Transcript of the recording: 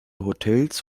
hotels